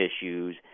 issues